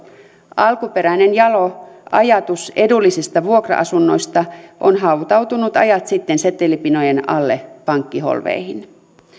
alkuperäinen jalo ajatus edullisista vuokra asunnoista on hautautunut ajat sitten setelipinojen alle pankkiholveihin